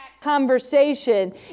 conversation